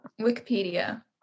Wikipedia